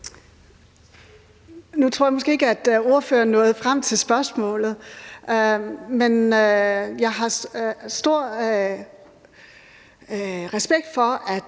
Nu tror jeg måske ikke, at ordføreren nåede frem til spørgsmålet. Men jeg har stor respekt for,